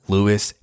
Lewis